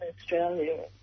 Australia